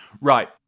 Right